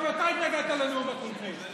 גם אתה התנגדת לנאום הקונגרס,